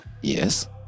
yes